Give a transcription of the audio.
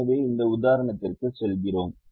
எனவே இந்த உதாரணத்திற்கு செல்கிறோம்